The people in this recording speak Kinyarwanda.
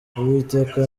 uwiteka